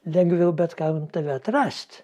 lengviau bet kam tave atrast